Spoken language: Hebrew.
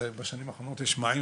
בשנים האחרונות יש מים,